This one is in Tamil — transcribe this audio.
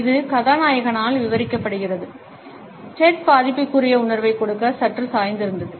இது கதாநாயகனால் விவரிக்கப்படுகிறது டெட் பாதிப்புக்குரிய உணர்வைக் கொடுக்க சற்று சாய்ந்திருந்தது